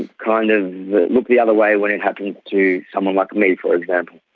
and kind of look the other way when it happens to someone like me for example.